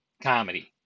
Comedy